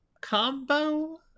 combo